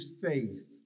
faith